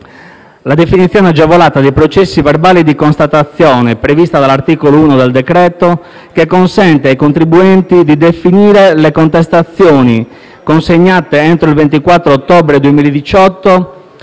la definizione agevolata dei processi verbali di constatazione, prevista dall'articolo 1 del decreto-legge, che consente ai contribuenti di definire le contestazioni consegnate entro il 24 ottobre 2018,